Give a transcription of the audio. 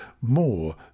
more